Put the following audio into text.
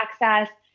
access